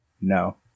No